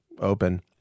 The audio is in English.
open